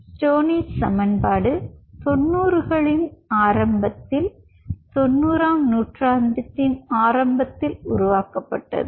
Stoinis சமன்பாடு Stoney's equation 90 களின் ஆரம்பத்தில் தொண்ணூறாம் நூற்றாண்டின் ஆரம்பத்தில் உருவாக்கப்பட்டது